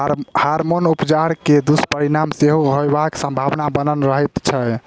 hormone उपचार के दुष्परिणाम सेहो होयबाक संभावना बनल रहैत छै